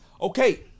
Okay